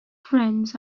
friends